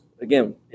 Again